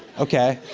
okay.